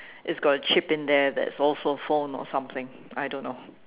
it's got a chip in there that's also phone or something I don't know